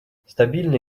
стабильный